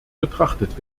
betrachtet